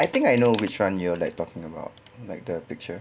I think I know which [one] you're talking about like the picture